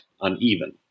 uneven